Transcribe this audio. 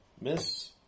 Miss